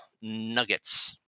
nuggets